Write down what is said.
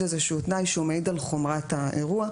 איזשהו תנאי שהוא מעיד על חומרת האירוע,